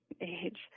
age